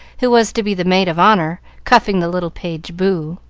who was to be the maid of honor, cuffing the little page, boo.